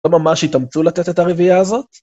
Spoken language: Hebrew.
לא ממש יתאמצו לתת את הרביעייה הזאת?